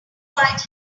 quite